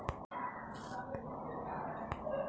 मईन्याप्रमाणं मले कर्ज वापिस करता येईन का?